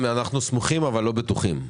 אנחנו סמוכים אבל לא בטוחים.